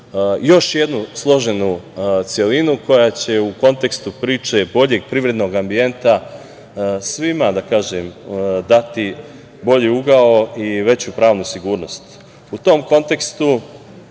još jednu složenu celinu koja će u kontekstu priče boljeg privrednog ambijenta svima dati bolji ugao i veću pravnu sigurnost.U tom kontekstu